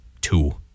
two